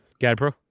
Gadpro